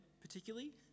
particularly